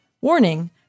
Warning